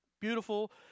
beautiful